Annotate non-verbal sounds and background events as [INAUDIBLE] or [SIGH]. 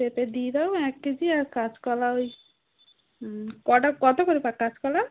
পেঁপে দিয়ে দাও এক কেজি আর কাঁচকলা ওই কটা কতো করে [UNINTELLIGIBLE] কাঁচকলা